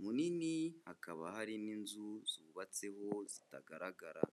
munini, hakaba hari n'inzu zubatseho zitagaragara.